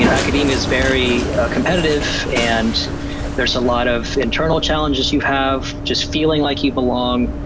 you know academia is very competitive and there's a lot of internal challenges you have, just feeling like you belong.